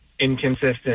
inconsistent